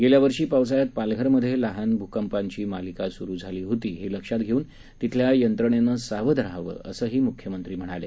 गेल्या वर्षी पावसाळ्यात पालघर मध्ये लहान लहान भूकंपांची मालिका सुरु झाली होती हे लक्षात घेऊन तिथल्या यंत्रणेनं सावध राहावं असंही मुख्यमंत्री म्हणाले